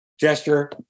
gesture